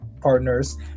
partners